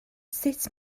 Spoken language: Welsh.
sut